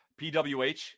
PWH